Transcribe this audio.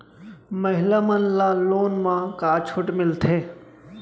महिला मन ला लोन मा का छूट मिलथे?